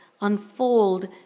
unfold